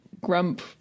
grump